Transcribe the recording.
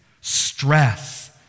Stress